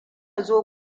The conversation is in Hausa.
zo